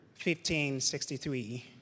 1563